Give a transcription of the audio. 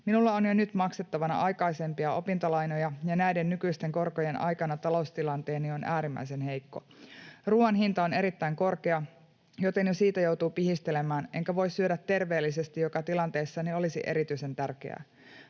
Minulla on jo nyt maksettavana aikaisempia opintolainoja, ja näiden nykyisten korkojen aikana taloustilanteeni on äärimmäisen heikko. Ruoan hinta on erittäin korkea, joten jo siitä joutuu pihistelemään, enkä voi syödä terveellisesti, mikä tilanteessani olisi erityisen tärkeää.